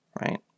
right